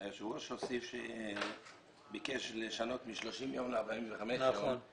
היושב ראש ביקש לשנות מ-30 ימים ל-45 ימים.